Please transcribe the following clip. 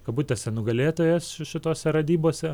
kabutėse nugalėtojas šitose radybose